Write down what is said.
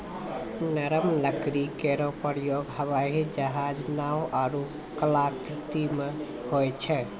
नरम लकड़ी केरो प्रयोग हवाई जहाज, नाव आरु कलाकृति म होय छै